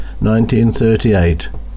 1938